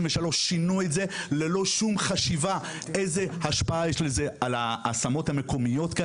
ללא שום חשיבה על ההשפעה שיש לכך על ההשמות המקומיות.